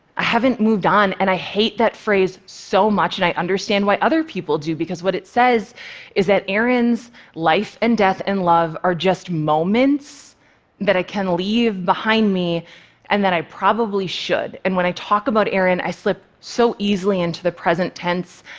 i haven't moved on, and i hate that phrase so much, and i understand why other people do. because what it says is that aaron's life and death and love are just moments that i can leave behind me and that i probably should. and when i talk about aaron, i slip so easily into the present tense,